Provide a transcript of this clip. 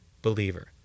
Believer